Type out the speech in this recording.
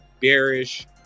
bearish